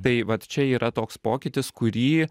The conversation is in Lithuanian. tai vat čia yra toks pokytis kurį